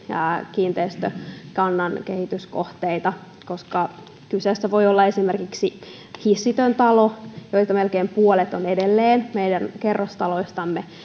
kiinteistökannan kehityskohteita koska kyseessä voi olla esimerkiksi hissitön talo joita melkein puolet on edelleen meidän kerrostaloistamme